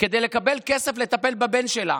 כדי לקבל כסף לטפל בבן שלה.